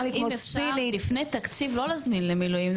רק אם אפשר לפני תקציב לא להזמין למילואים,